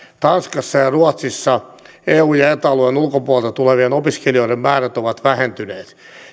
tanskassa ja ruotsissa eu ja eta alueen ulkopuolelta tulevien opiskelijoiden määrät ovat vähentyneet